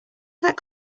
that